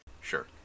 Sure